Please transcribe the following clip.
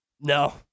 no